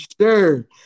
sure